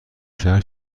شهر